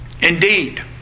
Indeed